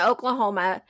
Oklahoma